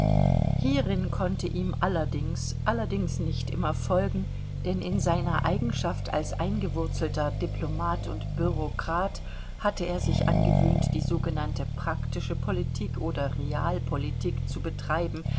hierin konnte ihm allerdings allerdings nicht immer folgen denn in seiner eigenschaft als eingewurzelter diplomat und büreaukrat hatte er sich angewöhnt die sogenannte praktische politik oder realpolitik zu betreiben